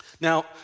Now